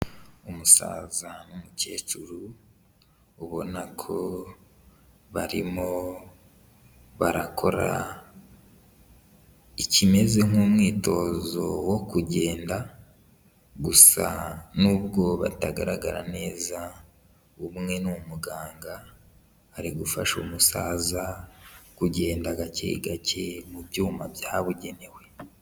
Umusaza n'umukecuru ubona ko barimo barakora ikimeze nk'umwitozo wo kugenda, gusa nubwo batagaragara neza, umwe ni umuganga ari gufasha umusaza kugenda gake gake mu byuma byabugenewe.